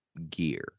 gear